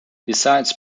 besides